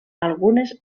algunes